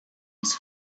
its